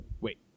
Wait